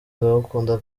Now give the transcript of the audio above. ndagukunda